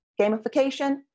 Gamification